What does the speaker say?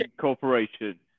corporation